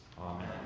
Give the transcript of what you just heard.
Amen